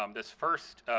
um this first